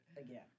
again